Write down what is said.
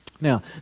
Now